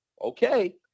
Okay